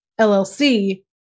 LLC